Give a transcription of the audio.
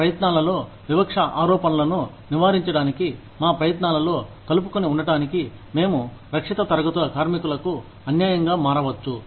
మా ప్రయత్నాలలో వివక్ష ఆరోపణలను నివారించడానికి మా ప్రయత్నాలలో కలుపుకొని ఉండటానికి మేము రక్షిత తరగతుల కార్మికులకు అన్యాయంగా మారవచ్చు